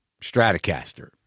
Stratocaster